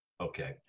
Okay